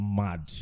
mad